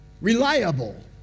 reliable